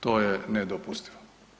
To je nedopustivo.